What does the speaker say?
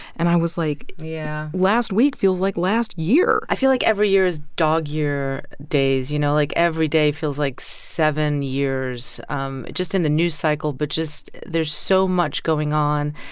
and i was like. yeah. last week feels like last year i feel like every year is dog year days, you know, like every day feels like seven years um just in the news cycle. but just there's so much going on.